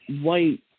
white